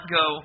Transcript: go